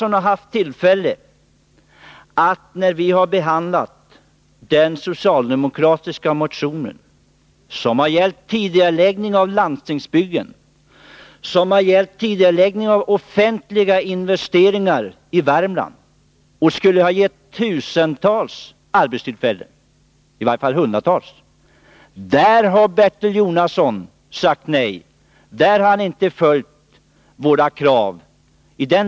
När vi behandlade den socialdemokratiska motionen, som gällde tidigareläggning av landstingsbyggen och tidigareläggning av offentliga investeringar i Värmland som skulle ha givit tusentals arbetstillfällen — i varje fall hundratals — sade Bertil Jonasson nej; han ställde inte upp för våra krav.